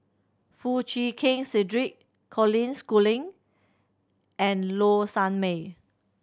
Foo Chee Keng Cedric Colin Schooling and Low Sanmay